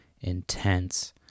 intense